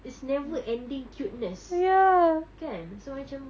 it's never ending cuteness kan so macam